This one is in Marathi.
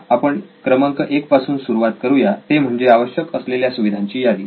चला आपण क्रमांक एक पासून सुरुवात करुया ते म्हणजे आवश्यक असलेल्या सुविधांची यादी